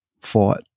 fought